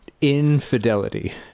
Infidelity